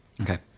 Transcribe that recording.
Okay